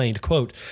Quote